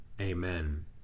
Amen